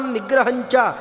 Nigrahancha